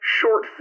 short